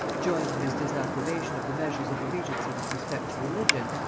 joined to his disapprobation of the measures of the regency with respect to religion,